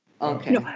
Okay